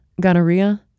gonorrhea